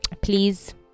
Please